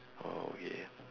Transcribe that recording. orh okay